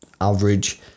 average